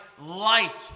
light